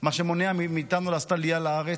מה שמונע מאיתנו לעשות עלייה לארץ,